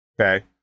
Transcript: okay